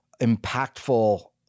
impactful